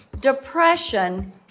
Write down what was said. depression